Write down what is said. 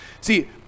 See